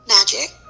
Magic